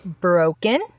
Broken